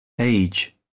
age